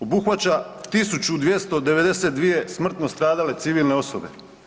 Obuhvaća 1292 smrtno stradale civilne osobe.